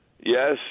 Yes